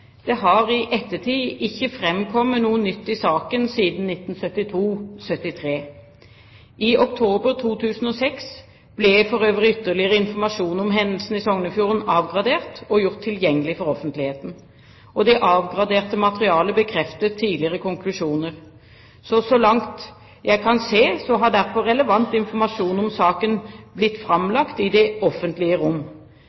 Det har i ettertid ikke framkommet noe nytt i saken siden 1972–1973. I oktober 2006 ble for øvrig ytterligere informasjon om hendelsen i Sognefjorden avgradert og gjort tilgjengelig for offentligheten. Det avgraderte materialet bekreftet tidligere konklusjoner. Så langt jeg kan se, har derfor relevant informasjon om saken blitt